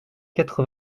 quatre